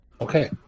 Okay